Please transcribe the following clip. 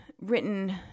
written